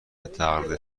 تقلید